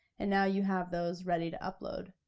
and now you have those ready to upload.